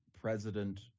president